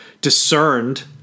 discerned